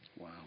Wow